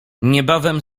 niebawem